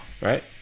Right